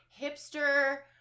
hipster